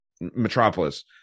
metropolis